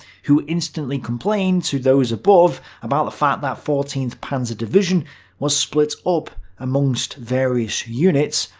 who instantly complained to those above about the fact that fourteenth panzer division was split up amongst various units,